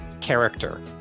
character